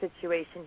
situation